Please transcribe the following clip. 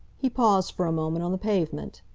he paused for a moment on the pavement.